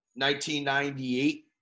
1998